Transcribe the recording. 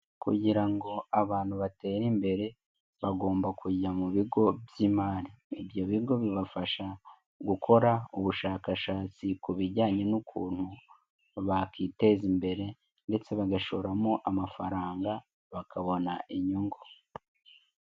Kugira ngo abantu batere imbere bagomba kujya mu bigo by'imari. Ibyo bigo bibafasha gukora ubushakashatsi ku bijyanye n'ukuntu bakiteza imbere, ndetse bagashoramo amafaranga bakabona inyungu.